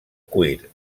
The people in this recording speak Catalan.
cuir